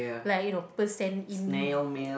like you know people send in